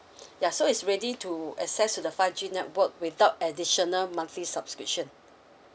ya so it's ready to access to the five G network without additional monthly subscription